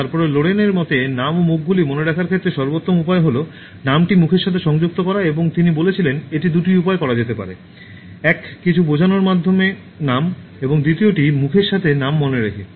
তারপরে লোরেইন এর মতে নাম ও মুখগুলি মনে রাখার ক্ষেত্রে সর্বোত্তম উপায় হল নামটি মুখের সাথে সংযুক্ত করা এবং তিনি বলেছিলেন এটি দুটি উপায়ে করা যেতে পারে এক কিছু বোঝানোর মাধ্যমে নাম এবং দ্বিতীয়টি মুখের সাথে নাম মনে রেখে